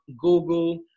Google